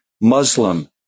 Muslim